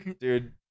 Dude